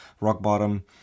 rock-bottom